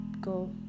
go